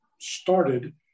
started